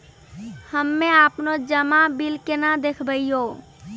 हम्मे आपनौ जमा बिल केना देखबैओ?